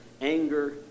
anger